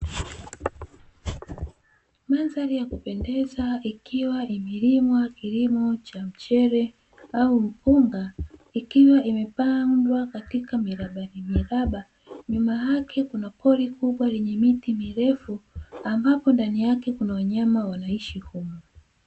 Mandhari ya kupendeza ikiwa imelimwa kilimo cha mchele au mpunga, ikiwa imepandwa katika miraba miraba, nyuma yake kuna pori kubwa lenye miti mirefu ambapo ndani yake kuna wanyama wanaishi humo.